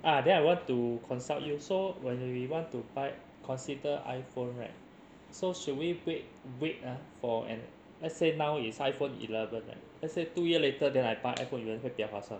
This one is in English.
ah then I want to consult you so when we want to buy consider iPhone right so should we wait wait ah for an let's say now it's iPhone eleven ah let's say two year later then I buy iPhone eleven 会比较划算吗